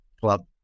club